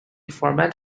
format